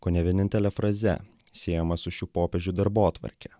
kone vienintele fraze siejama su šių popiežių darbotvarke